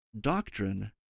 doctrine